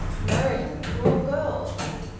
marian's were all girls.